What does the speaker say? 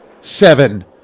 seven